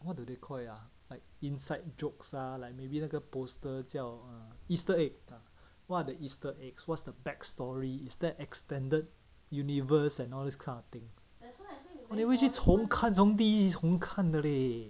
what do they call it ah like inside jokes ah like maybe 那个 poster 叫 easter egg what are the easter eggs what's the backstory is there extended universe never 去从看从第一从看的 leh